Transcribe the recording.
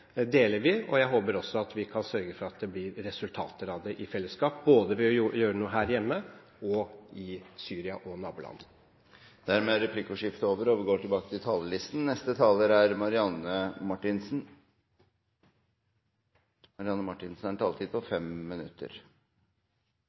deler vi. Jeg håper også at vi i fellesskap kan sørge for at det blir resultater av dette, både for å gjøre noe her hjemme, i Syria og i nabolandene. Replikkordskiftet er omme. Revidert budsjett skal jo være akkurat det – en revidering av budsjettet. Det er ikke en